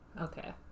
Okay